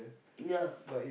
ya